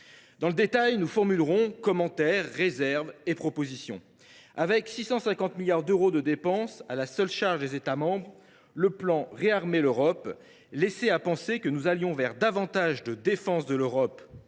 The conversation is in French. Dans le détail, nous formulerons commentaires, réserves et propositions. Avec 650 milliards d’euros de dépenses à la seule charge des États membres, le plan Réarmer l’Europe laissait à penser que nous allions vers davantage de défense de l’Europe,